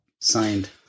signed